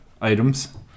items